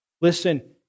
listen